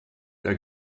der